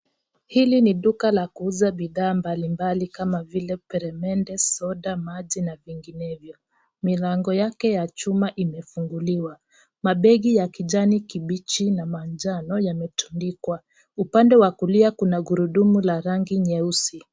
Hili ni duka la kuuza bidhaa mbalimbali kama vile peremende, soda, maji na vinginevyo. Milango yake ya chuma imefunguliwa. Mabegi ya kijani kibichi na manjano yametandikwa. Upande wa kulia kuna gurudumu la rangi nyeusi.